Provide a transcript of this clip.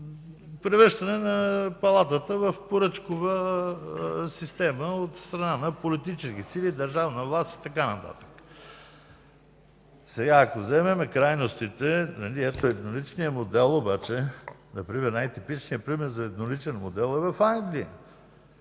превръщане на Палатата в поръчкова система от страна на политически сили, държавна власт и така нататък. Ако вземем крайностите, при едноличния модел обаче най типичният пример е в Англия,